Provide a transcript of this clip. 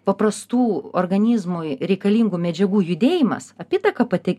paprastų organizmui reikalingų medžiagų judėjimas apytaka pati